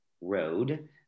road